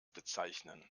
bezeichnen